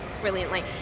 brilliantly